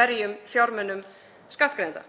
verjum fjármunum skattgreiðenda.